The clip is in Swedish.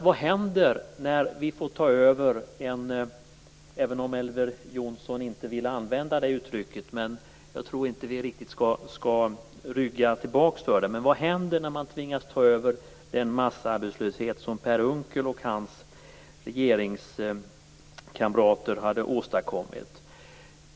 Vad hände när vi tvingades ta över - även om Elver Jonsson inte vill använda uttrycket, men jag tror inte att vi skall rygga tillbaka för det - den massarbetslöshet som Per Unckel och hans regeringskamrater hade åstadkommit?